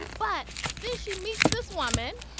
but then she meets this woman.